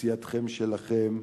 בסיעתכם שלכם,